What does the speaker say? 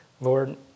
Lord